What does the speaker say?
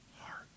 heart